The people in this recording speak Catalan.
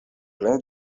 ple